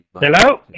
Hello